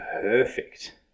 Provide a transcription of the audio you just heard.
perfect